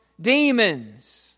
demons